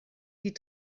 die